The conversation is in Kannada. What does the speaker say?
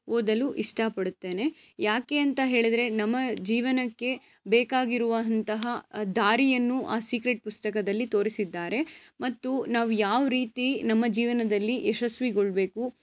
ಓದಲು ಇಷ್ಟ ಪಡುತ್ತೇನೆ ಯಾಕೇಂತ ಹೇಳಿದರೆ ನಮ್ಮ ಜೀವನಕ್ಕೆ ಬೇಕಾಗಿರುವ ಅಂತಹ ದಾರಿಯನ್ನು ಆ ಸೀಕ್ರೆಟ್ ಪುಸ್ತಕದಲ್ಲಿ ತೋರಿಸಿದ್ದಾರೆ ಮತ್ತು ನಾವು ಯಾವ ರೀತಿ ನಮ್ಮ ಜೀವನದಲ್ಲಿ ಯಶಸ್ವಿಗೊಳ್ಳಬೇಕು